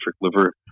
liver